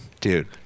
Dude